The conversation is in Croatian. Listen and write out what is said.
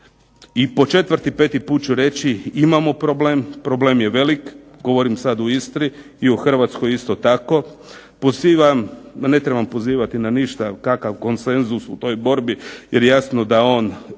I po četvrti, peti put ću reći imamo problem, problem je velik, govorim sad o Istri, i o Hrvatskoj isto tako. Pozivam, ma ne trebam pozivati na ništa, kakav konsenzus u toj borbi, jer jasno da on